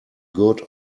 good